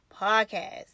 podcast